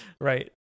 Right